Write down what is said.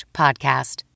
podcast